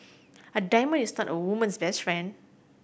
a diamond is not a woman's best friend